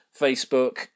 facebook